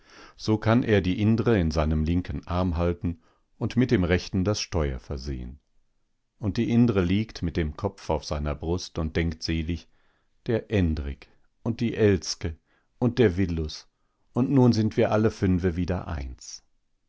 so kann er die indre in seinem linken arm halten und mit dem rechten das steuer versehen und die indre liegt mit dem kopf auf seiner brust und denkt selig der endrik und die elske und der willus und nun sind wir alle fünfe wieder eins